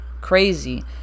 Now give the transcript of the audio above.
crazy